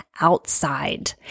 outside